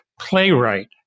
playwright